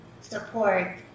support